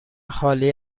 خالی